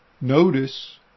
notice